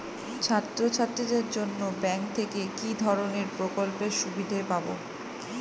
ছাত্রছাত্রীদের জন্য ব্যাঙ্ক থেকে কি ধরণের প্রকল্পের সুবিধে পাবো?